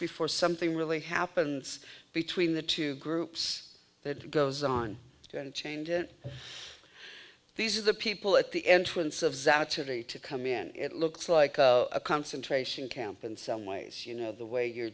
before something really happens between the two groups that goes on and change it these are the people at the entrance of saturday to come in it looks like a concentration camp in some ways you know the way you're